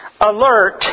alert